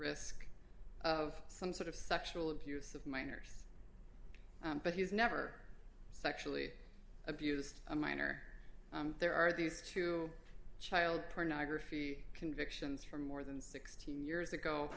risk of some sort of sexual abuse of minors but he's never sexually abused a minor there are these two child pornography convictions for more than sixteen years ago